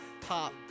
Pop